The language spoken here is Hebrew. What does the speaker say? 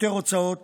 יותר הוצאות